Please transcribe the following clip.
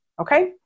okay